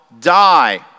die